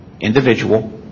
individual